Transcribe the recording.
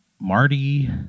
Marty